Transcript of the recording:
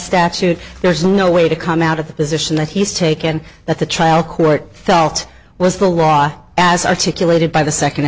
statute there's no way to come out of the position that he's taken that the trial court felt was the law as articulated by the second